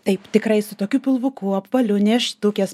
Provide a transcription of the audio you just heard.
taip tikrai su tokiu pilvuku apvaliu nėštukės